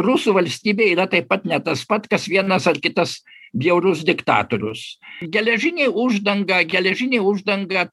rusų valstybė yra taip pat ne tas pats kas vienas ar kitas bjaurus diktatorius geležinė uždanga geležinė uždanga